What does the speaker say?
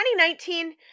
2019